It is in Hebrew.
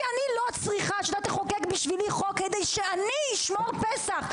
אני לא צריכה שאתה תחוקק בשבילי חוק כדי שאני אשמור פסח.